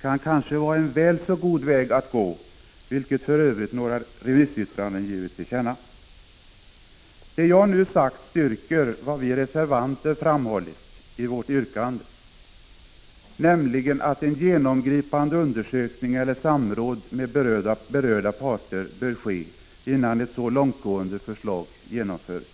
kan kanske vara en väl så god väg att gå, vilket för övrigt några remissyttranden givit till känna. Det jag nu sagt styrker vad vi reservanter framhållit i vårt yrkande, nämligen att en genomgripande undersökning eller samråd med berörda parter bör ske innan ett så långtgående förslag genomförs.